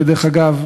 כשהוא